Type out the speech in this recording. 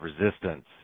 resistance